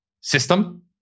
system